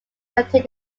contain